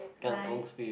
I